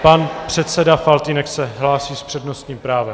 Pan předseda Faltýnek se hlásí s přednostním právem.